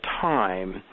time